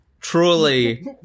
Truly